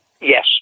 Yes